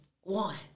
one